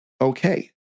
okay